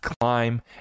climb